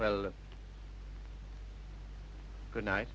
well good night